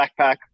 backpack